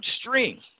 string